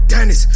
Dennis